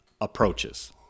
approaches